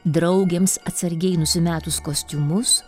draugėms atsargiai nusimetus kostiumus